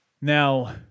Now